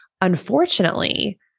Unfortunately